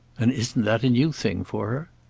and isn't that a new thing for